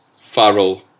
Farrell